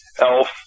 Elf